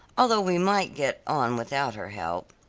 although we might get on without her help.